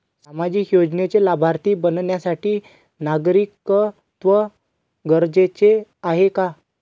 सामाजिक योजनेचे लाभार्थी बनण्यासाठी नागरिकत्व गरजेचे आहे का?